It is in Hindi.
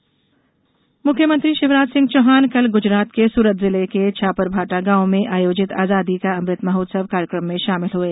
दांडी यात्रा मुख्यमंत्री शिवराज सिंह चौहान कल गुजरात के सूरत जिले के छापरभाटा गाँव में आयोजित आजादी का अमृत महोत्सव कार्यक्रम में शामिल हुए